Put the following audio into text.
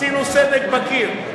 עשינו סדק בקיר.